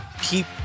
keep